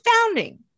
founding